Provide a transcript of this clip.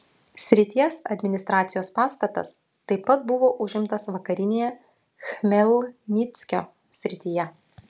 srities administracijos pastatas taip pat buvo užimtas vakarinėje chmelnyckio srityje